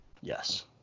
Yes